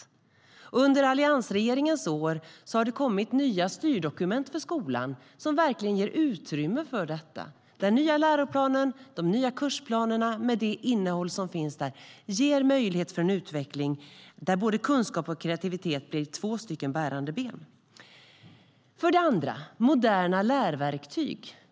Under alliansregeringens år har det kommit nya styrdokument för skolan som verkligen ger utrymme för detta. Den nya läroplanen och de nya kursplanerna med innehåll ger möjlighet till en utveckling där kunskap och kreativitet blir två bärande ben. För det andra handlar det om moderna lärverktyg.